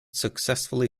successfully